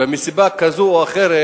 ומסיבה כזו או אחרת